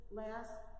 last